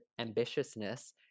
ambitiousness